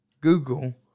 Google